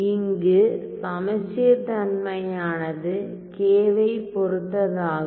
இங்கு சமச்சீர்தன்மையானது k வை பொறுத்ததாகும்